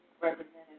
represented